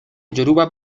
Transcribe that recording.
yoruba